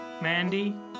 Mandy